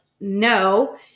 no